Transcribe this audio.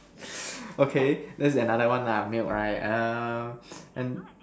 okay that's another one lah milk right err and